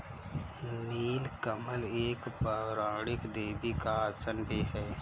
नील कमल एक पौराणिक देवी का आसन भी है